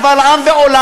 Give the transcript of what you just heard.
קבל עם ועולם,